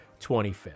25th